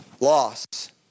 loss